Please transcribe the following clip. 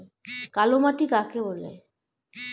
কালোমাটি কাকে বলে?